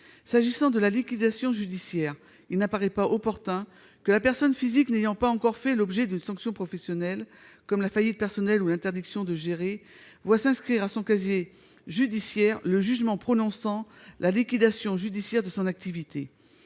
S'agissant de la liquidation judiciaire, il n'apparaît pas opportun que la personne physique n'ayant pas encore fait l'objet d'une sanction professionnelle, comme la faillite personnelle ou l'interdiction de gérer, voie inscrit à son casier judiciaire le jugement prononçant la liquidation judiciaire de son activité.